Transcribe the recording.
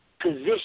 position